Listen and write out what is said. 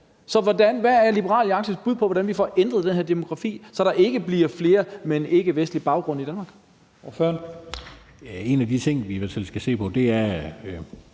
Så hvad er Liberal Alliances bud på, hvordan vi får ændret den her demografi, så der ikke bliver flere med en ikkevestlig baggrund i Danmark? Kl. 11:21 Første næstformand